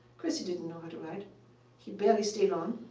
christy didn't know how to ride he barely stayed on.